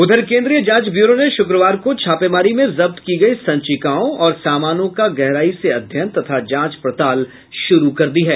उधर केन्द्रीय जांच ब्यूरो ने शुक्रवार को छापेमारी में जब्त की गई संचिकाओं और सामानों का गहराई से अध्ययन तथा जांच पड़ताल शुरू कर दी है